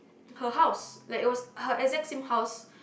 her house like it was her exact same house